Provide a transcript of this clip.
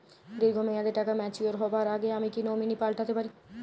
দীর্ঘ মেয়াদি টাকা ম্যাচিউর হবার আগে আমি কি নমিনি পাল্টা তে পারি?